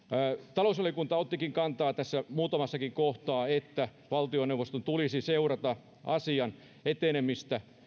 talousvaliokunta ottikin kantaa tässä muutamassakin kohtaa että valtioneuvoston tulisi seurata asian etenemistä